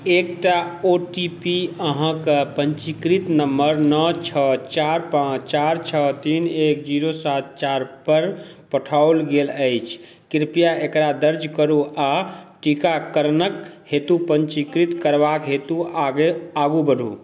एकटा O T P अहाँके पंजीकृत नंबर नओ छओ चारि पाँच चारि छओ तीन एक ज़ीरो सात चारि पर पठाओल गेल अछि कृपया एकरा दर्ज करू आ टीकाकरणक हेतु पंजीकृत करबाक हेतु आगू बढ़ू